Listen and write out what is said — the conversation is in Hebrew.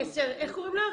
תודה.